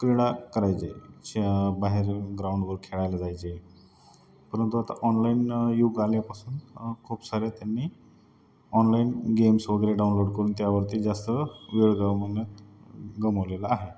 क्रीडा करायचे श बाहेर ग्राउंडवर खेळायला जायचे परंतु आता ऑनलाईन युग आल्यापासून खूप सारे त्यांनी ऑनलाईन गेम्स वगैरे डाउनलोड करून त्यावरती जास्त वेळ गमवतात गमावलेलं आहे